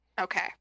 Okay